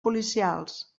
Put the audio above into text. policials